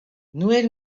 noël